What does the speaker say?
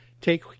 take